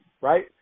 right